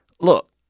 Look